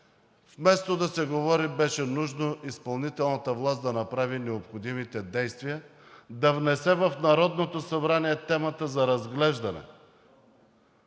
вместо да се говори, беше нужно изпълнителната власт да направи необходимите действия – да внесе в Народното събрание темата за разглеждане.